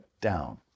down